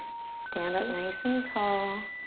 stand up nice and tall.